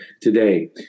today